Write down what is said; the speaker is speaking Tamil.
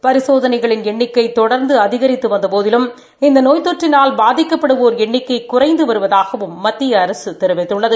பரிசோதனைகளின் எண்ணிக்கை தொடர்ந்து அதிகித்து வந்த போதிலும் இந்த நோய் தொற்றினால் பாதிக்கப்படுவோர் எண்ணிக்கை குறைந்து வருவதாகவும் மத்திய அரசு தெரிவித்துள்ளது